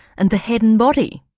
and the head and body?